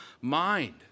mind